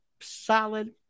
solid